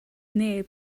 neb